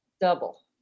Double